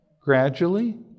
Gradually